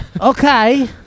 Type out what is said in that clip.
Okay